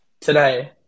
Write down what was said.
today